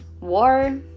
war